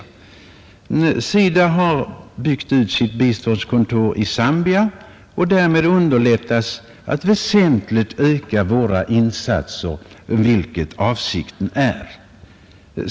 SIDA har byggt ut sitt biståndskontor i Zambia och därmed underlättas att väsentligt öka våra insatser, vilket avsikten är.